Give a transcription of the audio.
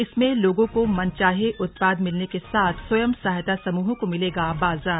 इसमें लोगों को मन चाहे उत्पाद मिलने के साथ स्वयं सहायता समूहों को मिलेगा बाजार